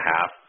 half